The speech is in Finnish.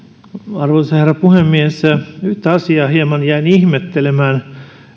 arvoisa herra puhemies yhtä asiaa hieman jäin ihmettelemään